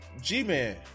G-Man